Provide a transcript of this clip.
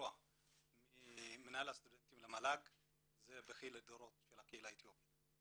הסיוע ממינהל הסטודנטים למל"ג זה בכי לדורות של הקהילה האתיופית.